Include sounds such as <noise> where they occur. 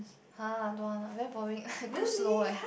[huh] don't want lah very boring <laughs> too slow eh